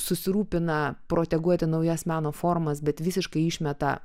susirūpina proteguoti naujas meno formas bet visiškai išmeta